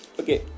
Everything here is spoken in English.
okay